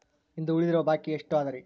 ಇಂದು ಉಳಿದಿರುವ ಬಾಕಿ ಎಷ್ಟು ಅದರಿ?